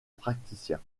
praticiens